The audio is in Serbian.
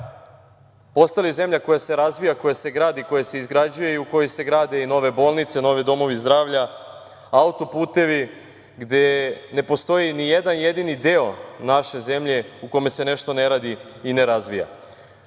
postali zemlja koja se razvija, koja se gradi, koje se izgrađuje i u koje se grade i nove bolnice, novi domovi zdravlja, autoputevi, gde ne postoji nijedan jedini deo naše zemlje u kome se nešto ne radi i ne razvija. Najbolji